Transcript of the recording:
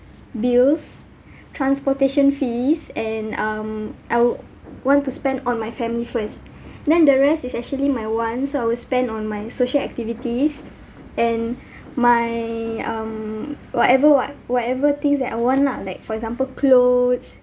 bills transportation fees and um I'd want to spend on my family first then the rest is actually my want so I'd spend on my social activities and my um whatever what whatever things that I want lah like for example clothes